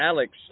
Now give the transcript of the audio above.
Alex